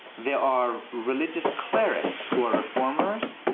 there are religious clerics who are reformers.